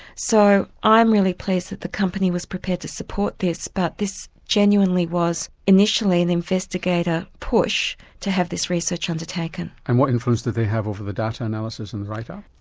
so i'm really pleased that the company was prepared to support this but this genuinely was initially an investigator push to have this research undertaken. and what influence they have over the data analysis and the write-up?